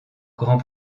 grand